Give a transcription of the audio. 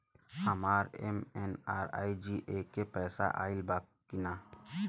हमार एम.एन.आर.ई.जी.ए के पैसा आइल बा कि ना?